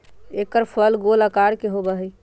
एकर फल गोल आकार के होबा हई